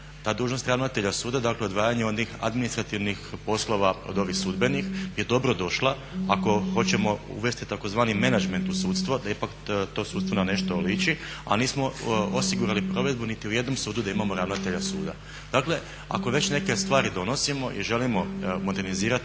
Ta dužnost ravnatelja suda dakle odvajanje onih administrativnih poslova od ovih sudbenih je dobrodošla ako hoćemo uvesti tzv. menadžment u sudstvo da ipak to sudstvo na nešto liči, a nismo osigurali provedbu niti u jednom sudu da imamo ravnatelja suda. Dakle ako već neke stvari donosimo i želimo modernizirati